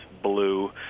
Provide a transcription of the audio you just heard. blue